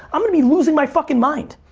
i'm gonna be losing my fucking mind.